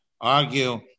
argue